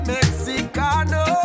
Mexicano